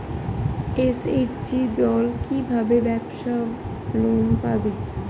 SHG দল কী ভাবে ব্যাবসা লোন পাবে?